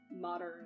modern